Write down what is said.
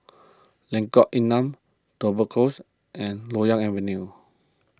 Lengkok Enam Tudor Close and Loyang Avenue